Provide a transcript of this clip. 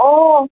অ'